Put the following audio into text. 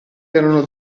erano